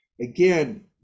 Again